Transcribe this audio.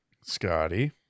Scotty